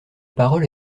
parole